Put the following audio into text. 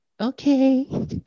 okay